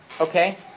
Okay